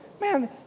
man